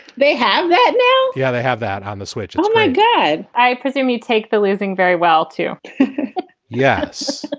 they have that now. yeah, they have that on the switch. oh my god i presume you take the losing very well too yes.